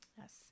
Yes